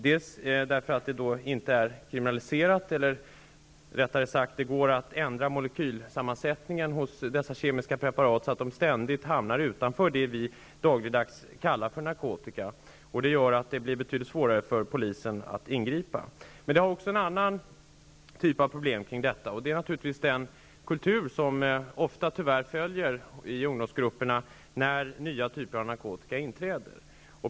Bl.a. är de inte kriminaliserade, eller rättare sagt: det går att ändra molekylsammansättningen hos dessa kemiska preparat så att de ständigt hamnar utanför det vi dagligdags kallar narkotika, och det gör att det blir betydligt svårare för polisen att ingripa. Det finns också en annan typ av problem med detta, och det är naturligtvis den kultur som tyvärr ofta blir följden i ungdomsgrupperna när nya typer av narkotika införs.